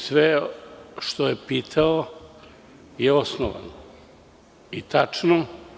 Sve što je pitao je osnovano i tačno.